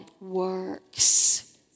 works